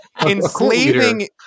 enslaving